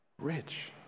rich